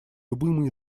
любым